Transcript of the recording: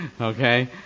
okay